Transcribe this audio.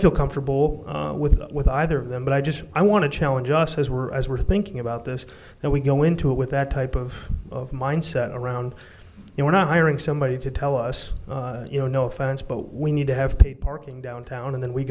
feel comfortable with with either of them but i just i want to challenge us as were as we're thinking about this that we go into it with that type of of mindset around you we're not hiring somebody to tell us you know no offense but we need to have paid park downtown and then we